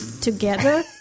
together